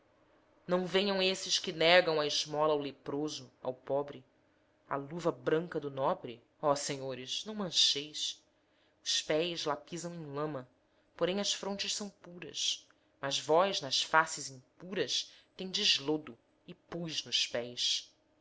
não venham esses que negam a esmola ao leproso ao pobre a luva branca do nobre oh senhores não mancheis os pés lá pisam em lama porém as frontes são puras mas vós nas faces impuras tendes lodo e pus nos pés